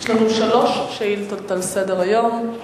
יש לנו שלוש שאילתות על סדר-היום.